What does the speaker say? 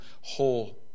whole